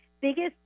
biggest